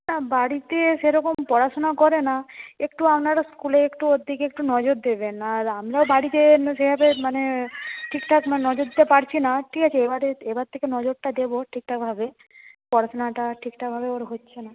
না বাড়িতে সেরকম পড়াশোনা করে না একটু আপনারা স্কুলে একটু ওর দিকে একটু নজর দেবেন আর আমরা বাড়িতে সেভাবে মানে ঠিক ঠাক নজর দিতে পারছি না ঠিক আছে এবারে এবার থেকে নজরটা দেবো ঠিকঠাকভাবে পড়াশোনাটা ঠিকঠাকভাবে ওর হচ্ছে না